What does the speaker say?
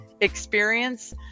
experience